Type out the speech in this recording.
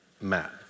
map